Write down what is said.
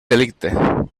delicte